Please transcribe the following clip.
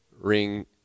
ring